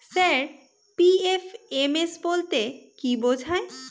Sir PFMS বলতে কি বোঝায়?